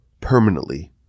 permanently